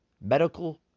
Medical